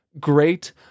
great